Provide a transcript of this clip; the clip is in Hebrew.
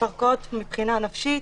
מתפרקות מבחינה נפשית,